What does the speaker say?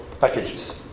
packages